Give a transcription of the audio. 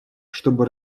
чтобы